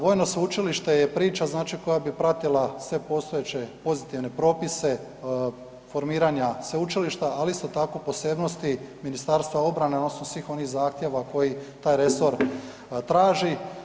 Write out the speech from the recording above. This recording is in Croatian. Vojno sveučilište je priča znači, koja bi pratila sve postojeće pozitivne propise, formiranja sveučilišta, ali isto tako, posebnosti Ministarstva obrane odnosno svih onih zahtjeva koji taj resor traži.